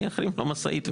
אני אחרים את המשאית.